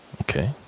Okay